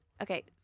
Okay